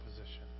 position